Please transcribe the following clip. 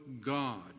God